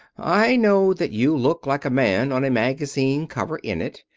i know that you look like a man on a magazine cover in it.